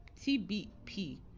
tbp